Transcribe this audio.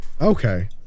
Okay